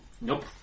nope